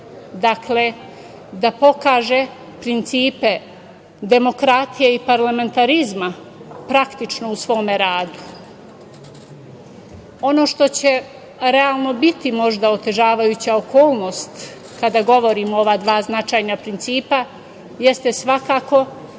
Dakle, da pokaže principe demokratije i parlamentarizma, praktično u svome radu. Ono što će realno biti možda otežavajuća okolnost kada govorimo o ova dva značajna principa jeste svakako